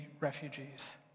refugees